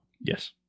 Yes